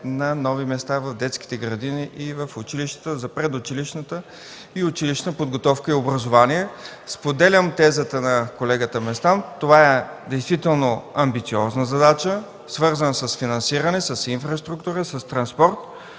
на нови места в детските градини и училищата за предучилищната и училищната подготовка и образование. Споделям тезата на колегата Местан. Това действително е амбициозна задача, свързана с финансиране, с инфраструктура, с транспорт.